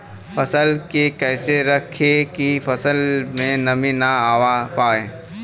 फसल के कैसे रखे की फसल में नमी ना आवा पाव?